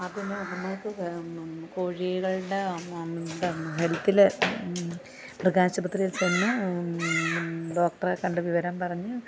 അതിന് ഇതിനെയൊക്കെ കോഴികളുടെ ഹെൽത്തിലെ മൃഗാശുപത്രിയിൽ ചെന്ന് ഡോക്ടറെ കണ്ട് വിവരം പറഞ്ഞ്